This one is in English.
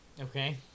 Okay